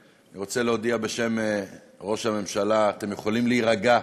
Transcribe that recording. אני רוצה להודיע בשם ראש הממשלה: אתם יכולים להירגע.